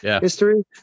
history